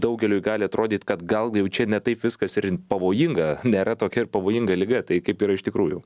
daugeliui gali atrodyt kad gal jau čia ne taip viskas ir pavojinga nėra tokia ir pavojinga liga tai kaip yra iš tikrųjų